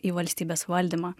į valstybės valdymą